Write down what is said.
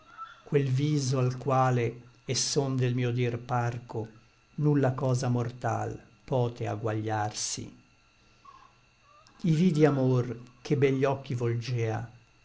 quel viso al quale et son nel mio dir parco nulla cosa mortal pote aguagliarsi i vidi amor che begli occhi volgea